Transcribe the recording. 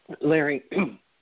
Larry